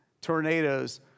tornadoes